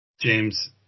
James